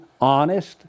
honest